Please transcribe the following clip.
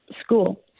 school